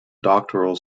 doctoral